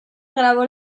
grabó